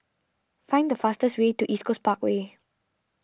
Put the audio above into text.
find the fastest way to East Coast Parkway